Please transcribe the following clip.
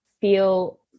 feel